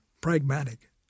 Pragmatic